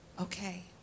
Okay